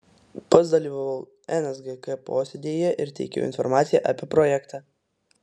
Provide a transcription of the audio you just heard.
pats dalyvavau nsgk posėdyje ir teikiau informaciją apie projektą